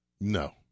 No